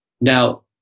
Now